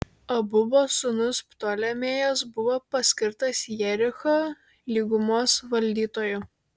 abubo sūnus ptolemėjas buvo paskirtas jericho lygumos valdytoju